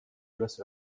üles